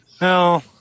No